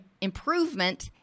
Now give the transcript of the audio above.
improvement